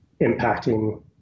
impacting